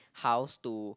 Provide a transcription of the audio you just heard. house to